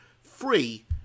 free